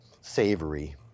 savory